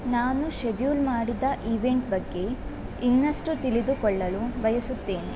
ನಾನು ಶೆಡ್ಯೂಲ್ ಮಾಡಿದ ಈವೆಂಟ್ ಬಗ್ಗೆ ಇನ್ನಷ್ಟು ತಿಳಿದುಕೊಳ್ಳಲು ಬಯಸುತ್ತೇನೆ